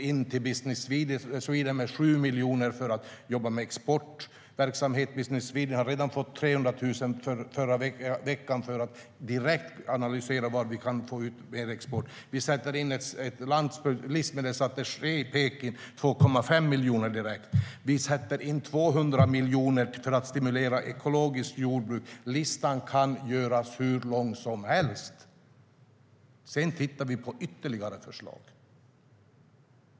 Vi tillför 7 miljoner till Business Sweden för att jobba med exportverksamhet. Business Sweden fick 300 000 i förra veckan för att direkt analysera var vi kan få upp mer export. Vi sätter in en livsmedelsstrategi i Peking med 2,5 miljoner direkt. Vi sätter in 200 miljoner för att stimulera ekologiskt jordbruk. Listan kan göras hur lång som helst. Sedan tittar vi på ytterligare förslag.